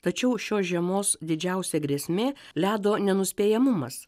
tačiau šios žiemos didžiausia grėsmė ledo nenuspėjamumas